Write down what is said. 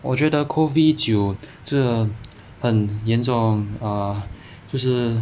我觉得 COVID 一九这个很严重啊就是